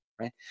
right